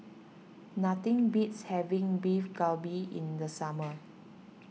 nothing beats having Beef Galbi in the summer